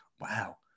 wow